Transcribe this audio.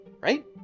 right